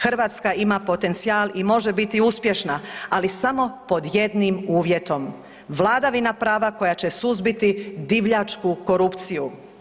Hrvatska ima potencijal i može biti uspješna, ali samo pod jedinim uvjetom vladavina prava koja će suzbiti divljačku korupciju.